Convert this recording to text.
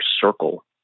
circle